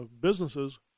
businesses